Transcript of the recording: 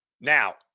Now